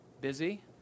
Busy